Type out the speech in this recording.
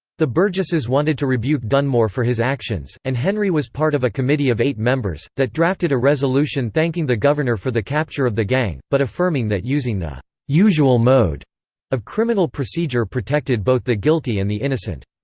the burgesses wanted to rebuke dunmore for his actions, and henry was part of a committee of eight members, that drafted a resolution thanking the governor for the capture of the gang, but affirming that using the usual mode of criminal procedure protected both the guilty and the innocent.